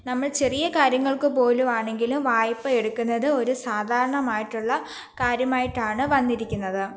നമ്മൾ ചെറിയ കാര്യങ്ങൾക്കുപോലും ആണെങ്കിലും വായ്പയെടുക്കുന്നത് ഒരു സാധാരണമായിട്ടുള്ള കാര്യമായിട്ടാണു വന്നിരിക്കുന്നത്